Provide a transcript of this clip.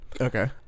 Okay